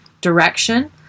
direction